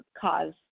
cause